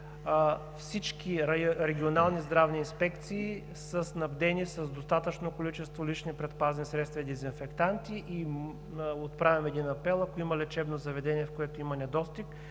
Всички регионални здравни инспекции са снабдени с достатъчно количество лични предпазни средства и дезинфектанти. Отправям един апел: ако има лечебно заведение, в което има недостиг,